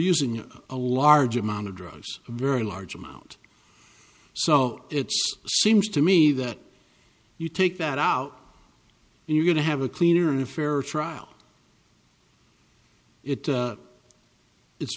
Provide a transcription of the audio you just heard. your a large amount of drugs a very large amount so it's seems to me that you take that out and you're going to have a cleaner and a fair trial it it's